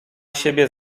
siebie